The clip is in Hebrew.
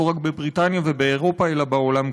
לא רק בבריטניה ובאירופה אלא בעולם כולו.